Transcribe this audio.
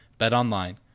BetOnline